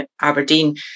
Aberdeen